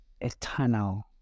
eternal